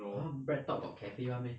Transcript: !huh! breadtalk got cafe [one] meh